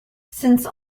since